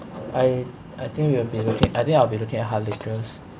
I I think we will be looking I think I will be looking at hard liquors